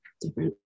different